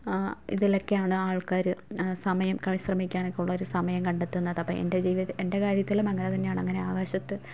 ഇതിലൊക്കെയാണ് ആള്ക്കാർ സമയം വിശ്രമിക്കാനൊക്കെ ഉള്ള ഒരു സമയം കണ്ടെത്തുന്നതപ്പോൾ എന്റെ ജീവിതം എന്റെ കാര്യത്തിലും അങ്ങനെ തന്നെയാണ് അങ്ങനെ ആകാശത്ത്